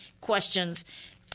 questions